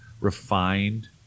refined